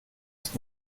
ist